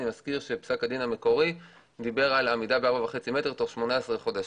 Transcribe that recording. אני מזכיר שפסק הדין המקורי דיבר על עמידה ב-4.5 מטר תוך 18 חודשים.